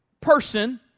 person